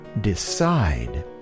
decide